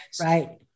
right